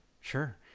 sure